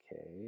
okay